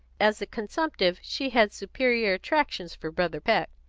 as a consumptive, she had superior attractions for brother peck.